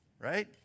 right